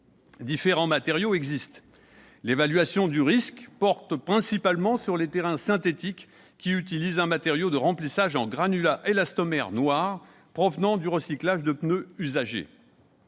Différents matériaux existent. L'évaluation du risque porte principalement sur les terrains synthétiques qui utilisent un matériau de remplissage en granulats élastomères noirs provenant du recyclage de pneus usagés.